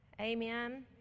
Amen